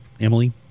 Emily